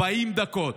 40 דקות.